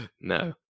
No